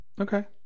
Okay